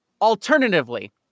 Alternatively